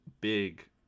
big